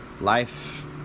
life